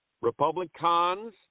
Republicans